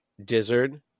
Dizzard